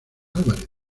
álvarez